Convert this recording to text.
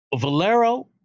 Valero